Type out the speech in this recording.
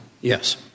Yes